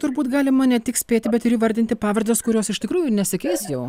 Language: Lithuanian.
turbūt galima ne tik spėti bet ir įvardinti pavardes kurios iš tikrųjų nesikeis jau